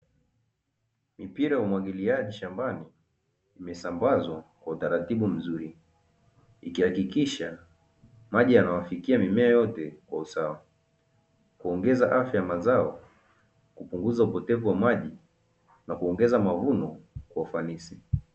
Mipira ya umwagiliaji shambani imesambazwa kwa utaratibu mzuri, ikihakikisha maji yanawafikia mimea yote kwa usawa, kuongeza afya ya mazao, kupunguza upotevu wa maji na kuongeza mavuno kwa ufanisi.